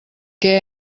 què